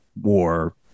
war